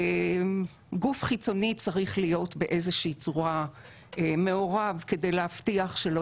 גוף חיצוני צריך להיות באיזושהי צורה מעורב כדי להבטיח שלא